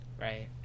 Right